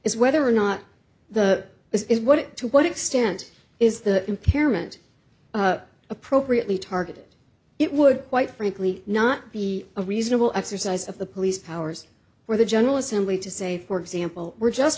is whether or not the is what it to what extent is the impairment appropriately targeted it would quite frankly not be a reasonable exercise of the police powers or the general assembly to say for example we're just